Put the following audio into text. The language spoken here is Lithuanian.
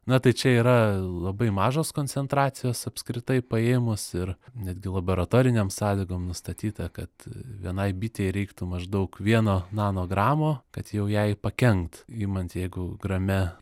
na tai čia yra labai mažos koncentracijos apskritai paėmus ir netgi laboratorinėm sąlygom nustatyta kad vienai bitei reiktų maždaug vieno nanogramo kad jau jai pakenkt imant jeigu grame